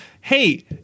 hey